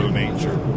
nature